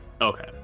Okay